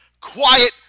quiet